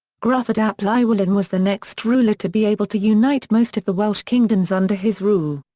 gruffydd ap llywelyn was the next ruler to be able to unite most of the welsh kingdoms under his rule.